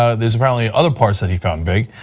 ah there's apparently other parts that he found big.